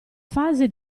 fase